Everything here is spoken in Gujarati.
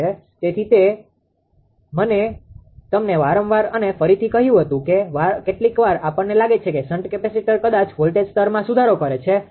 અને તેથી જ મેં તમને વારંવાર અને ફરીથી કહ્યું હતું કે કેટલીકવાર આપણને લાગે છે કે શન્ટ કેપેસિટર કદાચ વોલ્ટેજ સ્તરમાં સુધારો કરે છે ના